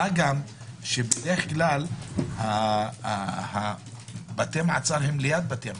מה גם שבדרך כלל בתי המעצר הם ליד בתי המשפט.